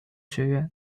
学院